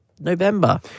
November